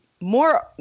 more